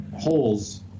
holes